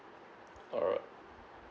alright